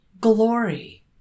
glory